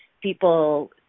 people